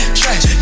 trash